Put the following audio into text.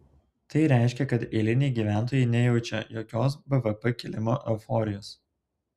tai reiškia kad eiliniai gyventojai nejaučia jokios bvp kilimo euforijos